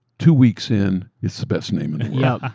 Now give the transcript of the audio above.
two weeks in, it's the best name and in yeah